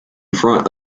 front